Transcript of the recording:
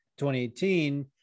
2018